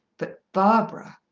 but barbara!